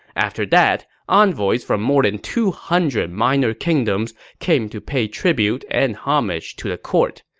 after that, envoys from more than two hundred minor kingdoms came to pay tribute and homage to the court.